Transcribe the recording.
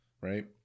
right